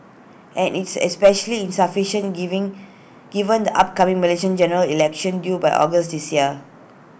and it's especially insufficient in giving given the upcoming Malaysian General Election due by August this year